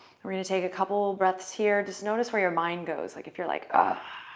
we're going to take a couple breaths here. just notice where your mind goes, like if you're like ah